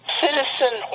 citizen